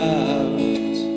out